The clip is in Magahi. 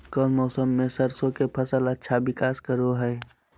कौन मौसम मैं सरसों के फसल अच्छा विकास करो हय?